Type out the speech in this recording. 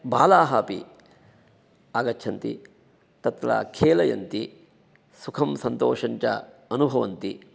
बालाः अपि आगच्छन्ति तत्र खेलयन्ति सुखं सन्तोषञ्च अनुभवन्ति